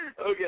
Okay